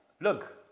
look